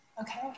Okay